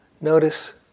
Notice